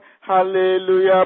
hallelujah